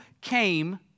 came